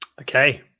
Okay